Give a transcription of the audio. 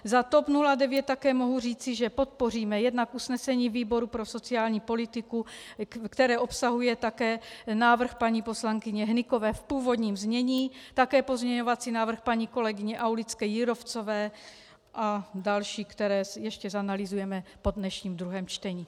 Za TOP 09 také mohu říci, že podpoříme jednak usnesení výboru pro sociální politiku, které obsahuje také návrh paní poslankyně Hnykové v původním znění, také pozměňovací návrh paní kolegyně AulickéJírovcové a další, které ještě zanalyzujeme po dnešním druhém čtení.